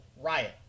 riot